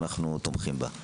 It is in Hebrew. אנו תומכים בה.